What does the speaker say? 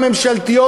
הממשלתיות,